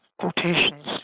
quotations